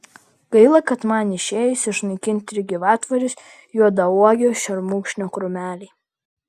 gaila kad man išėjus išnaikinti ir gyvatvorės juodauogio šermukšnio krūmeliai